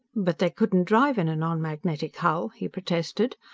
but they couldn't drive in a non-magnetic hull! he protested.